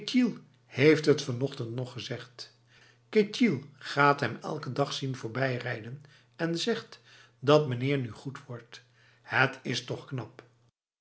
heeft het vanochtend nog gezegd ketjil gaat hem elke dag zien voorbijrijden en zegt dat meneer nu goed wordt het is toch knap